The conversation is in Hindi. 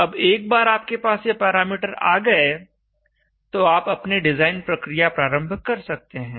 अब एक बार आपके पास ये पैरामीटर आ गए तो आप अपनी डिज़ाइन प्रक्रिया प्रारंभ कर सकते हैं